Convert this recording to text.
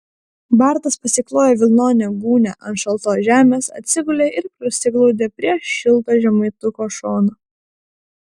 bartas pasiklojo vilnonę gūnią ant šaltos žemės atsigulė ir prisiglaudė prie šilto žemaituko šono